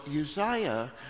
Uzziah